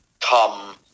come